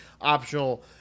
optional